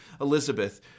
Elizabeth